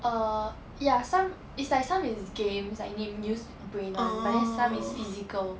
err ya some is like some is games like need use brain [one] but then some is physical